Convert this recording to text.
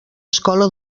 escola